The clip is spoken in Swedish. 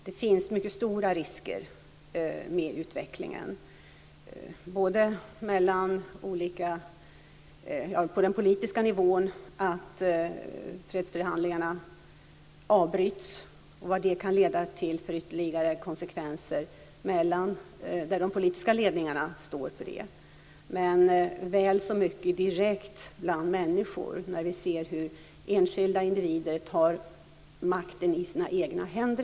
Det finns mycket stora risker med utvecklingen både på den politiska nivån, dvs. att fredsförhandlingarna avbryts och vad det kan leda till för ytterligare konsekvenser, men väl så mycket direkt bland människor. Vi ser hur enskilda individer tar makten i egna händer.